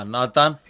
Nathan